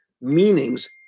meanings